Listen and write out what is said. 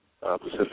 Pacific